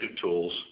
tools